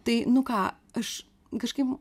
tai nu ką aš kažkaip